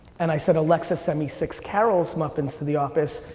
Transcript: and i said alexa, send me six carol's muffins to the office,